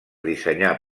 dissenyar